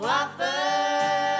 offer